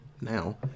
now